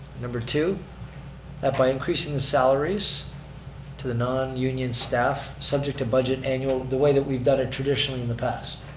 number two that by increasing the salaries to the non union staff subject to budget annual, the way that we've done it traditionally in the past.